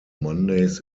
mondays